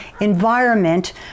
environment